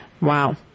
Wow